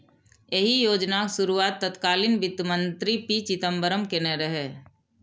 एहि योजनाक शुरुआत तत्कालीन वित्त मंत्री पी चिदंबरम केने रहै